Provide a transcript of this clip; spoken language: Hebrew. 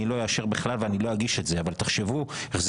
אני לא אגיש את זה אבל תחשבו איך זה